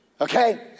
Okay